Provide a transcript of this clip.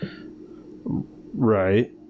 Right